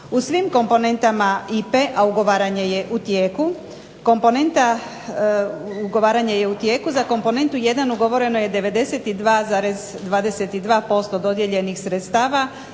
U svim komponentama IPA-e, a ugovaranje je u tijeku, za Komponentu 1 ugovoreno je 92,22% dodijeljenih sredstava.